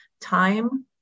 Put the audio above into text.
time